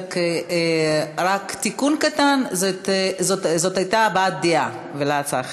רק תיקון קטן: זאת הייתה הבעת דעה, ולא הצעה אחרת.